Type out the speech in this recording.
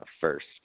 first